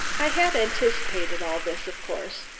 i had anticipated all this, of course,